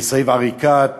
וסאיב עריקאת